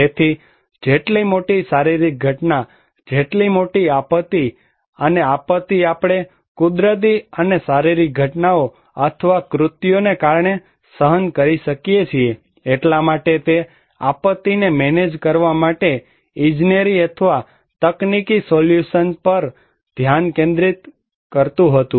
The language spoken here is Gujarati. તેથી જેટલી મોટી શારીરિક ઘટના જેટલી મોટી આપત્તિ અને આપત્તિ આપણે કુદરતી અને શારીરિક ઘટનાઓ અથવા કૃત્યોને કારણે સહન કરી શકીએ છીએ એટલા માટે તે આપત્તિને મેનેજ કરવા માટે ઇજનેરી અથવા તકનીકી સોલ્યુશન્સ પર ધ્યાન કેન્દ્રિત કરતું હતું